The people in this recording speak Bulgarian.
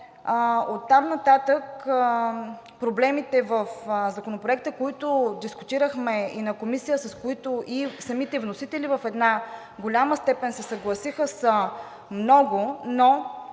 оттам нататък проблемите в Законопроекта, които дискутирахме и на Комисията, с които и самите вносители в една голяма степен се съгласиха, са много, но